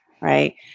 right